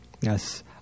yes